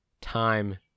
time